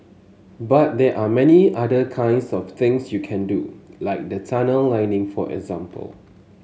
but there are many other kinds of things you can do like the tunnel lining for example